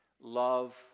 love